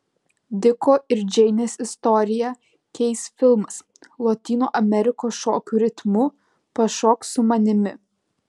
diko ir džeinės istoriją keis filmas lotynų amerikos šokių ritmu pašok su manimi